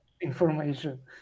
information